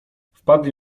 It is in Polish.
wpadli